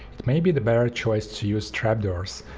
it may be the better choice to use trapdoors.